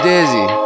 Dizzy